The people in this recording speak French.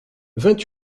vingt